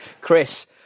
Chris